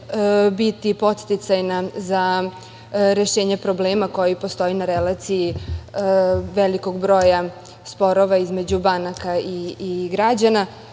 biti podsticajna za rešenje problema koji postoji na relaciji velikog broja sporova između banaka i građana.